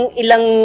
ilang